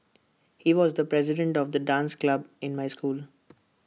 he was the president of the dance club in my school